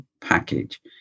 package